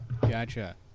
Gotcha